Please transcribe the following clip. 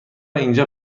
اینجا